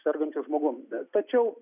sergančiu žmogum tačiau